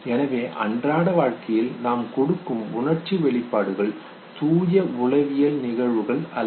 எனவே அன்றாட வாழ்க்கையில் நாம் கொடுக்கும் உணர்ச்சி வெளிப்பாடுகள் தூய உளவியல் நிகழ்வுகள் அல்ல